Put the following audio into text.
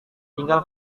tinggal